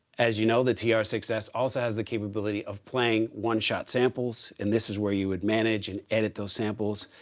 as you know, the yeah tr six s also has the capability of playing one-shot samples. and this is where you would manage and edit those samples.